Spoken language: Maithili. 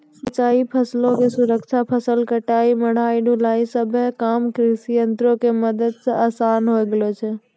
सिंचाई, फसलो के सुरक्षा, फसल कटाई, मढ़ाई, ढुलाई इ सभ काम कृषियंत्रो के मदत से असान होय गेलो छै